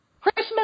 Christmas